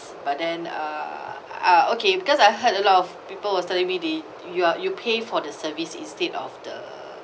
but then uh uh okay because I heard a lot of people was telling me they you are you pay for the service instead of the